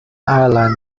ireland